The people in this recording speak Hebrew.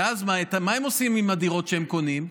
ואז מה הם עושים עם הדירות שהם קונים?